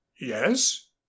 Yes